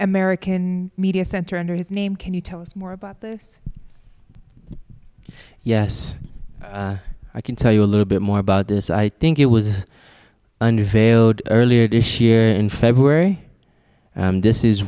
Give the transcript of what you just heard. american media center under his name can you tell us more about this yes i can tell you a little bit more about this i think it was under veiled earlier this year in february this is